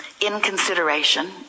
inconsideration